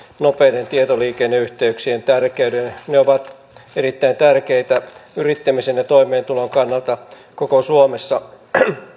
nopeiden tietoliikenneyhteyksien tärkeyden ne ovat erittäin tärkeitä yrittämisen ja toimeentulon kannalta koko suomessa